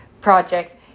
project